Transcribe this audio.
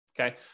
Okay